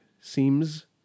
seems